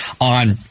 on